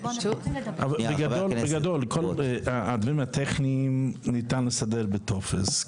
בגדול, כל הדברים הטכניים ניתן לסדר בטופס.